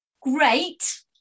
great